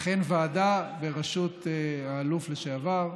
אכן, ועדה בראשות אלוף לשעבר,